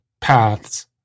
paths